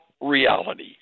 reality